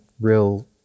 real